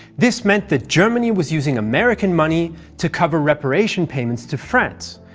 this meant that germany was using american money to cover reparation payments to france,